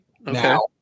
now